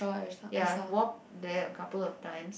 ya walk there a couple of times